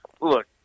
look